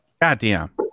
goddamn